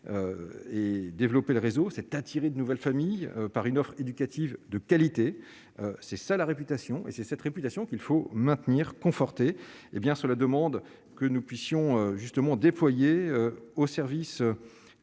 et développer le réseau attirer de nouvelles familles par une offre éducative de qualité, c'est ça la réputation, et c'est cette réputation, qu'il faut maintenir conforter et bien sûr la demande que nous puissions justement déployés au service des